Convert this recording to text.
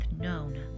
known